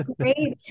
great